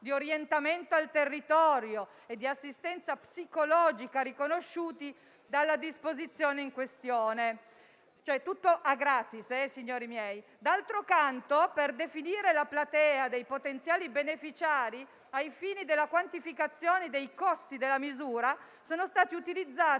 di orientamento al territorio e di assistenza psicologica riconosciuti dalla disposizione in questione - tutto gratis, signori miei - d'altro canto, per definire la platea dei potenziali beneficiari, ai fini della quantificazione dei costi della misura, sono stati utilizzati